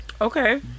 Okay